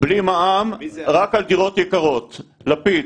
הזחיחות הזאת,